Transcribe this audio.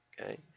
okay